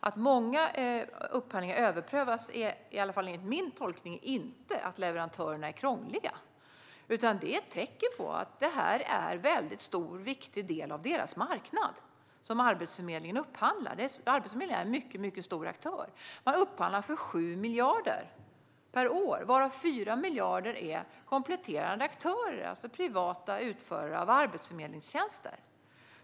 Att många upphandlingar överprövas beror, i alla fall enligt min tolkning, inte på att leverantörerna är krångliga. Det är i stället ett tecken på att det är en stor och viktig del av deras marknad som Arbetsförmedlingen upphandlar. Arbetsförmedlingen är en mycket stor aktör; den upphandlar för 7 miljarder per år, varav 4 miljarder är kompletterande aktörer, alltså privata utförare av arbetsförmedlingstjänster.